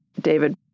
David